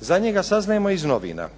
Za njega saznajemo iz novina.